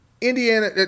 Indiana